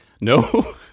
No